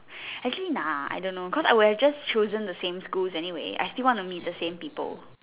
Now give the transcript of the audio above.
actually nah I don't know cause I would have just chosen the same schools anyway I still want to meet the same people